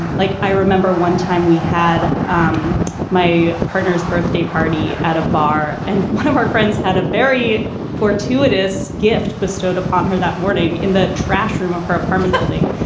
like i remember one time we had um my partner's birthday party at a bar and one of our friends had a very fortuitous gift bestowed upon her. that morning in the trash room of her apartment building,